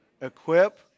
equip